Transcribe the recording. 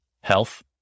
health